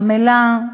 עמלה,